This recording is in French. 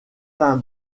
fin